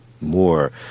more